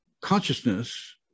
consciousness